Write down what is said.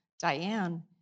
Diane